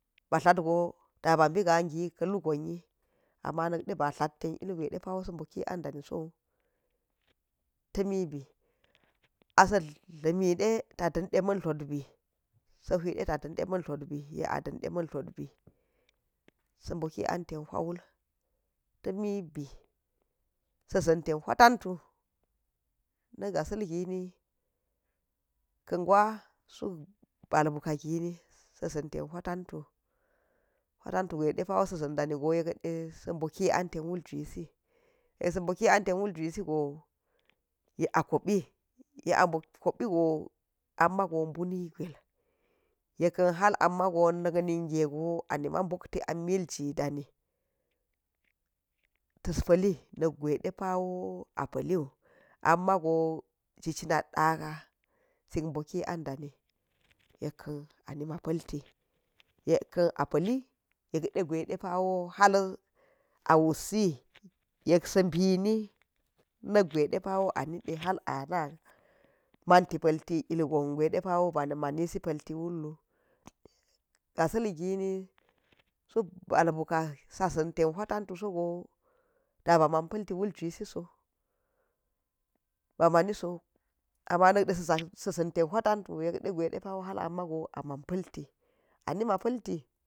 Ba dlatgo, ɗababi gagi ka̱lu gonyi amma na̱kɗe a tlat ten ilgwai sa boki an ɗani so, ta̱mibi, asa̱ tlamiɗe ta ɗande man tlatbi yek a ɗanɗe man tlatbi, so boki an ton huija wul, ta̱mibi, sa̱za̱n ten hui tantu na̱ ga̱sa̱l gini ka̱ gwa̱ suk ba̱l buka̱ gini sa za̱n ten hui tantu, tantu gwaiɗepa̱ sa̱ za̱n danigo yekde sa̱ boki an ten wulkusi yeksa̱ boki an ten wutsiu sigo yek a kobi yeta a kobi go amma go bu ai gwail, yekkan ha̱r ammago nikningego anima̱ bokti an milji ɗani, ta̱s pa̱li ta̱s pa̱l gwa̱i ɗepa̱wo a pa̱lliwu, ammago gicina ɗaka̱ suk boki an ɗani, yekkan a nima̱ pa̱lti yekkan a pa̱lli yekɗ gwai ɗepa̱wo ha̱l a wutsi yeksa̱ bini na̱kgwai ɗepawo a niɗe har ana̱ manti pa̱lti ilgon depa̱wo ba̱ ma̱nisi pa̱lti klullu, ga̱sa̱l gini suk ba̱l buka̱ sa̱ sa̱n ten hui ta̱ntu sogo ɗaba̱ ma̱n pa̱lti juisiso ba ma̱nso amma na̱kde sa̱ za za̱n ten huitantu yekɗe gwai ɗepa̱wa̱i ha̱l a ma̱go aman palti anima pa̱lti.